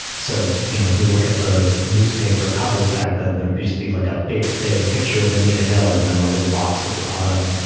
so, you know, if you look at the newspaper covers back then, there'd be be like a big thing picture of anita hill and then a little box at the bottom.